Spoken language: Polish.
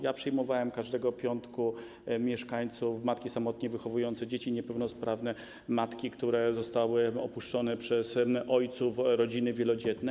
Ja przyjmowałem w każdy piątek mieszkańców, matki samotnie wychowujące dzieci niepełnosprawne, matki, których dzieci zostały opuszczone przez ojców, rodziny wielodzietne.